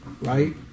right